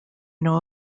know